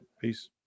peace